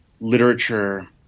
literature